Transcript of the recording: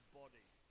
body